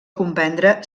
comprendre